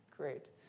Great